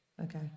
Okay